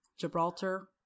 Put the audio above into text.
Gibraltar